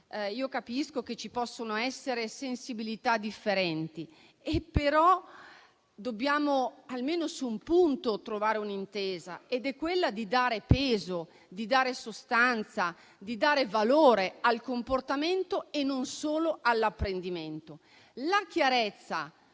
capisco che ci possano essere sensibilità differenti, però dobbiamo trovare un'intesa almeno su un punto: quello di dare peso, di dare sostanza, di dare valore al comportamento e non solo all'apprendimento. La chiarezza